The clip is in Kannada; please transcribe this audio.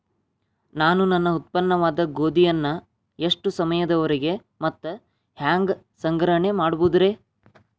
ನಾನು ನನ್ನ ಉತ್ಪನ್ನವಾದ ಗೋಧಿಯನ್ನ ಎಷ್ಟು ಸಮಯದವರೆಗೆ ಮತ್ತ ಹ್ಯಾಂಗ ಸಂಗ್ರಹಣೆ ಮಾಡಬಹುದುರೇ?